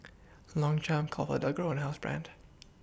Longchamp ComfortDelGro and Housebrand